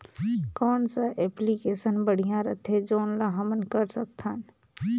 कौन सा एप्लिकेशन बढ़िया रथे जोन ल हमन कर सकथन?